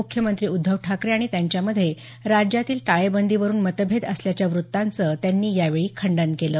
मुख्यमंत्री उद्धव ठाकरे आणि त्यांच्यामधे राज्यातील टाळेबंदीवरून मतभेद असल्याच्या व्त्तांचं त्यांनी यावेळी खंडण केलं